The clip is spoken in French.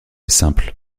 simple